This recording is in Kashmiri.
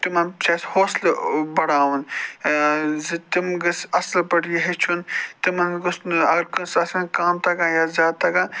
تِمن چھُ اَسہِ حوصلہٕ بَڑھاوَن زِ تِم گٔژھ اصٕل پٲٹھۍ یہِ ہیٚچھُن تِمن گوٚژھ نہٕ اگر کٲنٛسہِ آسہِ کم تَگان یا زیاد تَگان